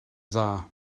dda